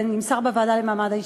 זה נמסר בוועדה למעמד האישה.